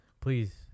Please